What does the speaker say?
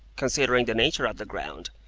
considering the nature of the ground,